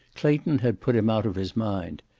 clayton had put him out of his mind.